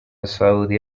سعودی